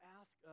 ask